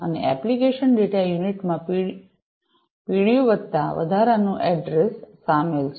અને application data યુનિટમાં PDU વત્તા વધારાનું એડ્રેસ શામેલ છે